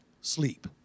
sleep